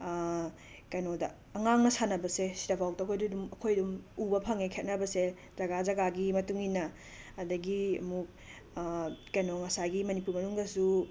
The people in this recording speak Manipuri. ꯀꯩꯅꯣꯗ ꯑꯉꯥꯡꯅ ꯁꯥꯅꯕꯁꯦ ꯁꯤꯗꯕꯧꯇ ꯑꯩꯈꯣꯏꯗꯤꯗꯨꯝ ꯑꯈꯣꯏꯗꯨꯝ ꯎꯕ ꯐꯪꯉꯦ ꯈꯦꯠꯅꯕꯁꯦ ꯖꯒꯥ ꯖꯒꯥꯒꯤ ꯃꯇꯨꯡ ꯏꯟꯅ ꯑꯗꯒꯤ ꯑꯃꯨꯛ ꯀꯩꯅꯣ ꯉꯁꯥꯏꯒꯤ ꯃꯅꯤꯄꯨꯔ ꯃꯅꯨꯡꯗꯁꯨ